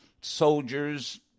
soldiers